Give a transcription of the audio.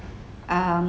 um